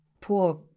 poor